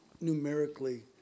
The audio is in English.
numerically